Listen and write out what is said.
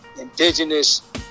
indigenous